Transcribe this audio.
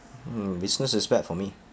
mm business is bad for me